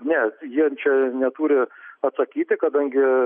ne jie čia neturi atsakyti kadangi